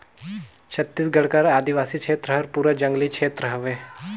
छत्तीसगढ़ कर आदिवासी छेत्र हर पूरा जंगली छेत्र हवे